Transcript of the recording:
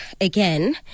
again